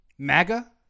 MAGA